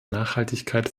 nachhaltigkeit